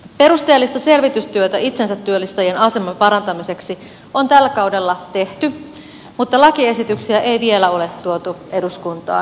perusteellista selvitystyötä itsensä työllistäjien aseman parantamiseksi on tällä kaudella tehty mutta lakiesityksiä ei vielä ole tuotu eduskuntaan